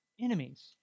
enemies